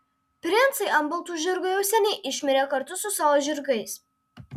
princai ant baltų žirgų jau seniai išmirė kartu su savo žirgais